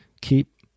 keep